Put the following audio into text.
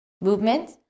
movement